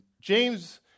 James